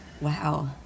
Wow